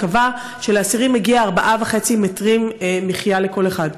שקבע שלאסירים מגיעים 4.5 מטרים מחיה לכל אחד.